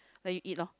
let you eat loh